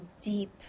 deep